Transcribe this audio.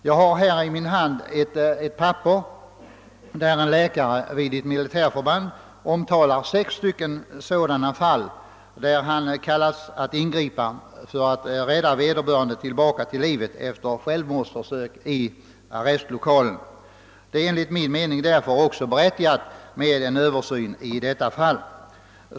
Jag har här i min hand ett papper, där en läkare vid ett militärförband omtalar sex sådana fall, då han kallats att ingripa för att rädda vederbörande tillbaka till livet efter självmordsförsök i arrestlokalen. Det är enligt min mening därför också berättigat med en översyn i detta fall.